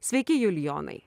sveiki julijonai